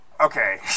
okay